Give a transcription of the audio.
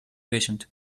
patient